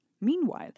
Meanwhile